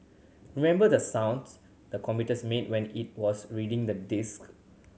remember the sounds the computers made when it was reading the disk